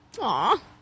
Aw